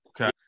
Okay